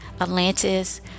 atlantis